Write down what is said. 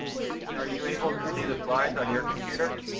praveen, are you able to see the slide on your computer?